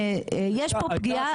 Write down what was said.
יש פה פגיעה.